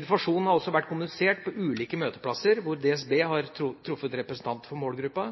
Informasjon har også vært kommunisert på ulike møteplasser hvor DSB har truffet representanter for målgruppa.